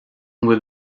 bhfuil